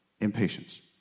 impatience